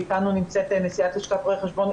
איתנו נמצאת נשיאת לשכת רואי חשבון,